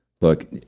look